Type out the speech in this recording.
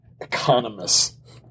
Economists